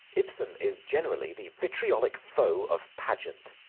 ibsen is generally the vitriolic foe of pageant.